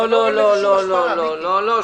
לא, לא, לא, לא, לא.